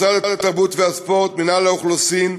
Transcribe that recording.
משרד התרבות והספורט, מינהל האוכלוסין,